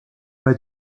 pas